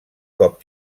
cop